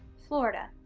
florida,